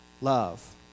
love